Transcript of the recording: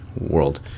world